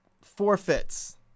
Forfeits